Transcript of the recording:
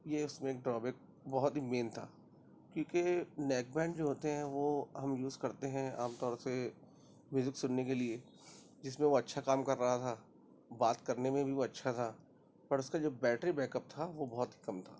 یہ اس میں ایک ڈرا بک بہت ہی مین تھا کیونکہ نیک بینڈ جو ہوتے ہیں وہ ہم یوز کرتے ہیں عام طور سے میوزک سننے کے لیے جس میں وہ اچھا کام کر رہا تھا بات کرنے میں بھی وہ اچھا تھا پر اس کا جو بیٹری بیک اپ تھا وہ بہت ہی کم تھا